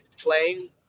playing